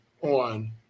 on